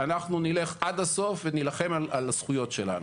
אנחנו נלך עד הסוף ונילחם על הזכויות שלנו.